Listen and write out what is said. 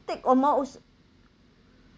take almost